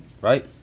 Right